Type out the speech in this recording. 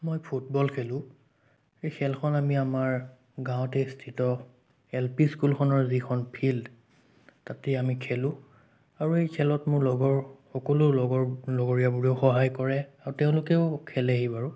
মই ফুটবল খেলোঁ এই খেলখন আমি আমাৰ গাঁৱতে স্থিত এল পি স্কুলখনৰ যিখন ফিল্ড তাতেই আমি খেলোঁ আৰু এই খেলত মোৰ লগৰ সকলো লগৰ লগৰীয়াবোৰেও সহায় কৰে আৰু তেওঁলোকেও খেলেহি বাৰু